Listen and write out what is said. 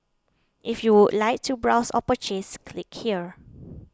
if you would like to browse or purchase click here